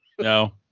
no